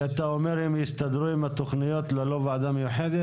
אומר שהם יסתדרו עם התכניות ללא ועדה מיוחדת?